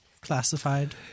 classified